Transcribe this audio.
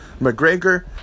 McGregor